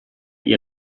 ihr